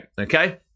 Okay